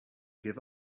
give